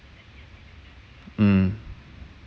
mm